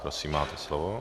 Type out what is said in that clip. Prosím, máte slovo.